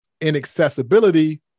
inaccessibility